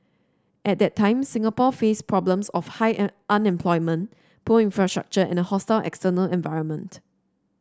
at that time Singapore faced problems of high an unemployment poor infrastructure and a hostile external environment